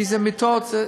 כי מיטות,